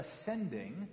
ascending